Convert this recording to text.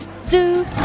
Zoo